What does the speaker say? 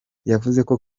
yavuze